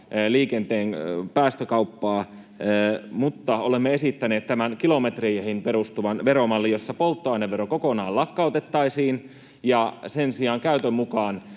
liikenteen päästökauppaa mutta olemme esittäneet tämän kilometreihin perustuvan veromallin, jossa polttoainevero lakkautettaisiin kokonaan ja sen sijaan käytön mukaan